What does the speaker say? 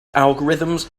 algorithms